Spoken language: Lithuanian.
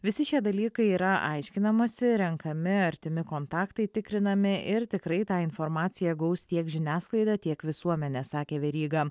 visi šie dalykai yra aiškinamasi renkami artimi kontaktai tikrinami ir tikrai tą informaciją gaus tiek žiniasklaida tiek visuomenė sakė veryga